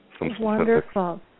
Wonderful